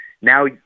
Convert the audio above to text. now